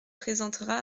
présentera